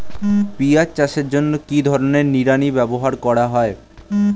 পিঁয়াজ চাষের জন্য কি ধরনের নিড়ানি ব্যবহার করা হয়?